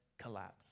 collapse